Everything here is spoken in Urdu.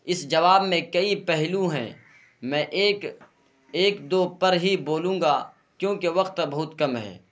اس جواب میں کئی پہلو ہیں میں ایک ایک دو پر ہی بولوں گا کیونکہ وقت بہت کم ہے